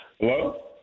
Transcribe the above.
hello